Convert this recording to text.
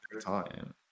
time